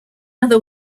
other